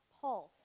pulse